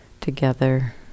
together